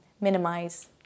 minimize